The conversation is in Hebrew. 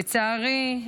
לצערי,